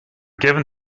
given